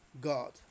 god